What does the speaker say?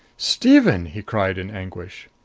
stephen! he cried in anguish.